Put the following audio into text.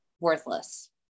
worthless